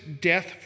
death